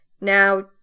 now